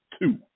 Two